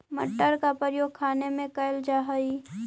मटर का प्रयोग खाने में करल जा हई